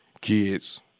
kids